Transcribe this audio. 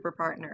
superpartner